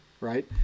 right